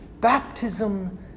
Baptism